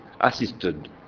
assisted